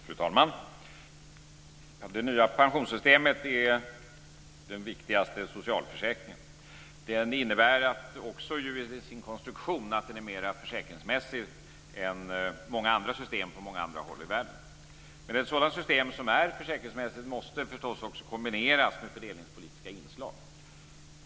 Fru talman! Det nya pensionssystemet är den viktigaste socialförsäkringen. Det innebär också att det till sin konstruktion är mer försäkringsmässigt än många andra system på många andra håll i världen. Ett sådant system som är försäkringsmässigt måste naturligtvis också kombineras med fördelningspolitiska inslag.